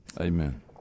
Amen